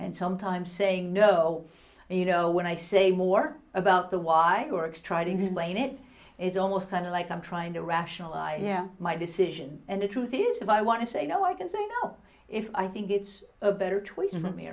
and sometimes saying no and you know when i say more about the why orks try to explain it it's almost kind of like i'm trying to rationalize yeah my decision and the truth is if i want to say no i can say no if i think it's a better choice of ame